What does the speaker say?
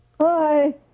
Hi